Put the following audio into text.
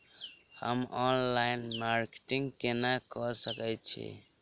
हम online marketing केना कऽ सकैत छी?